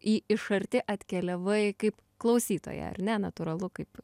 į iš arti atkeliavai kaip klausytoja ar ne natūralu kaip